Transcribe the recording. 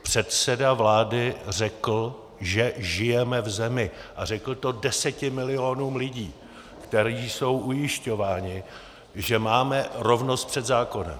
Předseda vlády řekl, že žijeme v zemi a řekl to deseti milionům lidí, kteří jsou ujišťováni, že máme rovnost před zákonem.